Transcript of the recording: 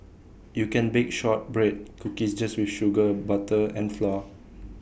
you can bake Shortbread Cookies just with sugar butter and flour